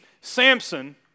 Samson